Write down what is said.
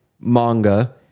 manga